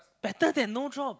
better than no job